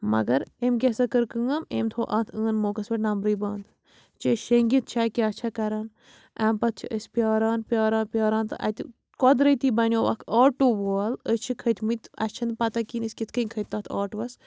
مگر أمۍ کیٛاہ سا کٔر کٲم أمۍ تھوٚو اَتھ عٲن موقَس پٮ۪ٹھ نمبرٕے بنٛد یہِ چھےٚ شیٚنٛگِتھ چھا کیٛاہ چھا کَران اَمہِ پتہٕ چھِ أسۍ پیٛاران پیٛاران پیٛاران تہٕ اَتہِ قۄدرٔتی بَنیو اَکھ آٹوٗ وول أسۍ چھِ کھٔتۍمٕتۍ اَسہِ چھَنہٕ پتہ کِہیٖنۍ أسۍ کِتھۍ کَنۍ کھٔتۍ تَتھ آٹوٗوَس